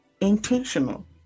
intentional